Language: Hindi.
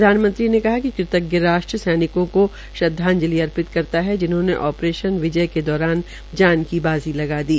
प्रधानमंत्री ने बहा कि कृतज्ञ राष्ट्र सैनिकों को श्रद्वाजंलि अर्पित करता है जिन्होंने आप्रेशन विजय के दौरान जान की बाज़ी लगा दी